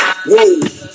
Whoa